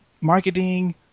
marketing